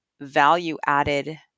value-added